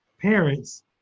parents